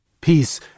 Peace